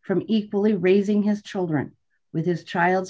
from equally raising his children with his child's